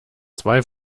zwei